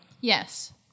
Yes